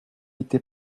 été